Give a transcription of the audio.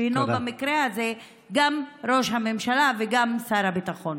שהינו במקרה הזה גם ראש הממשלה וגם שר הביטחון.